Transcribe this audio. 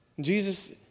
Jesus